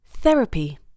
Therapy